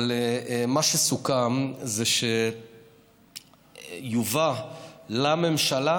אבל מה שסוכם זה שיובא לממשלה,